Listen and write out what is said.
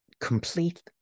complete